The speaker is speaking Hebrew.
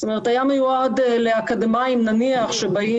זאת אומרת היה מיועד לאקדמאים נניח שבאים